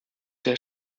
der